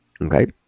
Okay